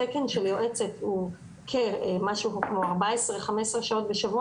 התקן של יועצת הוא משהו כמו 14-15 שעות בשבוע